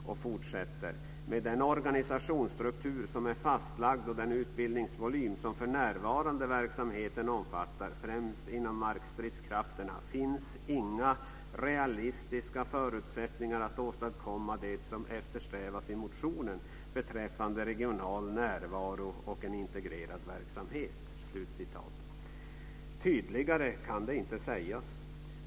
Man fortsätter: "Med den organisationsstruktur som är fastlagd och den utbildningsvolym som verksamheten för närvarande omfattar - främst inom markstridskrafterna - finns inga realistiska förutsättningar att åstadkomma det som eftersträvas i motionen beträffande regional närvaro och en integrerad verksamhet." Tydligare kan det inte sägas.